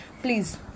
please